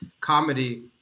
comedy